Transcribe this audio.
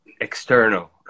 external